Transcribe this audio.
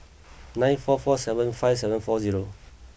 nine four four seven five seven four zero